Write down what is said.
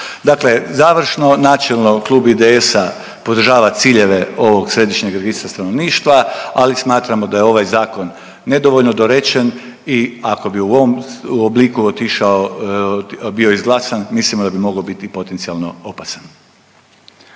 Dakle, završno načelno Klub IDS-a podržava ciljeve ovog Središnjeg registra stanovništva, ali smatramo da je ovaj zakon nedovoljno dorečen i ako bi u ovom obliku otišao, bio izglasan mislimo da bi mogao biti i potencijalno opasan.